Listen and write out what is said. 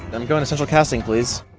i'm going to central casting, please.